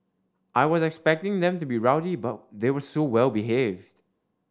I was expecting them to be rowdy but they were so well behaved